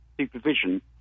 supervision